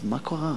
אז מה קרה?